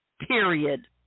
period